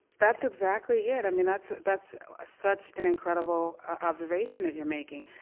that's exactly it. i mean, that's that's ah such an incredible observation that you're making.